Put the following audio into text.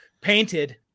painted